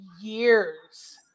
years